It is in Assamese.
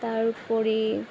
তাৰ উপৰি